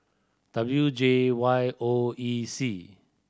W J Y O E C